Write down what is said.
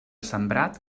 sembrat